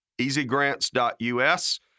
easygrants.us